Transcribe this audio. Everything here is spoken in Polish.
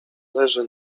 leży